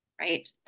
right